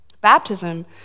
baptism